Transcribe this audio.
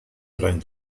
around